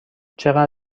چقدر